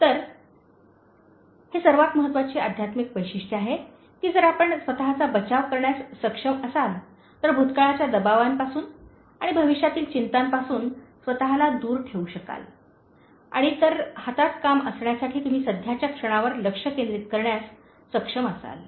तर हे सर्वात महत्वाची आध्यात्मिक वैशिष्ट्य आहे की जर आपण स्वतचा बचाव करण्यास सक्षम असाल तर भूतकाळाच्या दबावांपासून आणि भविष्यातील चिंतांपासून स्वतला दूर ठेवू शकाल आणि तर हातात काम असण्यासाठी तुम्ही सध्याच्या क्षणावर लक्ष केंद्रित करण्यास सक्षम असाल